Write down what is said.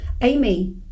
amy